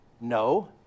No